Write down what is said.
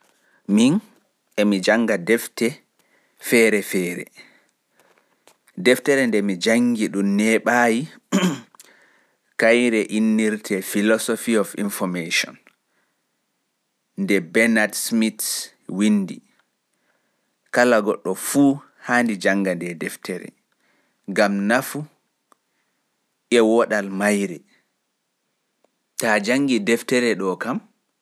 Defte. Emi jannga defte feere-feere. Deftere nde mi janngi ɗun neeɓaayi kaire woni 'Philosophy of information nde Bernard Smith windi. Kala goɗɗo fuuhaaani jannga nde deftere gam nafu e wooɗal maire.